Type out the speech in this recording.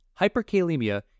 hyperkalemia